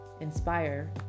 inspire